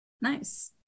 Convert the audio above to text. Nice